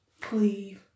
Please